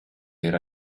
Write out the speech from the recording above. era